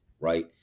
right